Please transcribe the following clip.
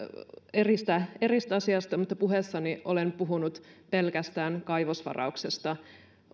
eri asiasta mutta puheessani olen puhunut pelkästään kaivosvarauksesta